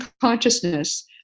consciousness